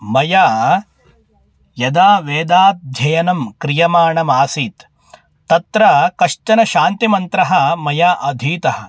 मया यदा वेदाध्ययनं क्रियमाणमासीत् तत्र कश्चन शान्तिमन्त्रः मया अधीतः